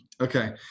Okay